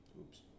Oops